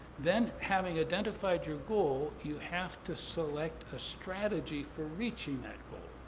then having identified your goal, you have to select a strategy for reaching that goal.